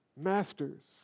masters